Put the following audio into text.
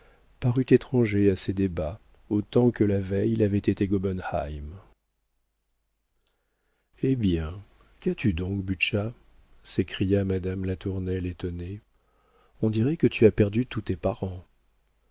parut étranger à ces débats autant que la veille l'avait été gobenheim eh bien qu'as-tu donc butscha s'écria madame latournelle étonnée on dirait que tu as perdu tous tes parents